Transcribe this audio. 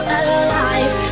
alive